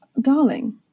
Darling